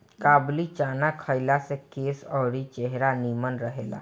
काबुली चाना खइला से केस अउरी चेहरा निमन रहेला